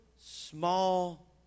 small